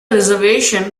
reservation